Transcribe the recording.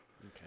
Okay